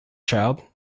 child